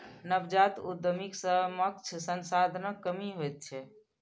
नवजात उद्यमीक समक्ष संसाधनक कमी होइत छैक